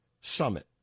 summit